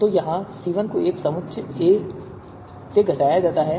तो यहाँ C1 को समुच्चय A से घटाया जाता है